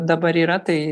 dabar yra tai